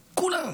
כולם.